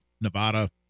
Nevada